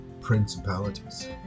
principalities